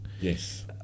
Yes